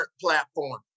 platform